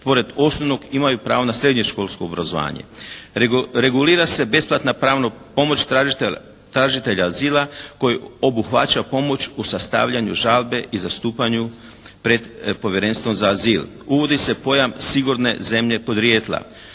pored osnovnog imaju pravo na srednješkolsko obrazovanje. Regulira se besplatna pravna pomoć tražitelja azila koji obuhvaća pomoć u sastavljanju žalbe i zastupanju pred povjerenstvom za azil. Uvodi se pojam sigurne zemlje podrijetla.